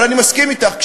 אבל אני מסכים אתך,